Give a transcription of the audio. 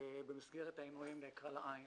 ובמסגרת העינויים נעקרה לה עין